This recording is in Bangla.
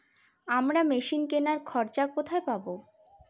আমরা মেশিন কেনার খরচা কোথায় পাবো?